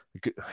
good